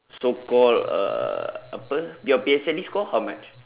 so called uh apa your P_S_L_E score how much